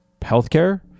healthcare